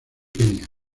kenia